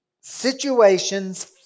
Situations